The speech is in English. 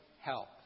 help